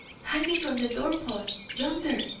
hanging from the doorpost yonder!